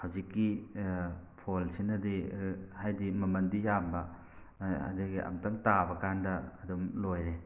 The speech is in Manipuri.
ꯍꯧꯖꯤꯛꯀꯤ ꯐꯣꯟꯁꯤꯅꯗꯤ ꯍꯥꯏꯗꯤ ꯃꯃꯜꯗꯤ ꯌꯥꯝꯕ ꯑꯗꯒꯤ ꯑꯝꯇꯪ ꯇꯥꯕꯀꯥꯟꯗ ꯑꯗꯨꯝ ꯂꯣꯏꯔꯦ